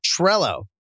Trello